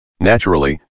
Naturally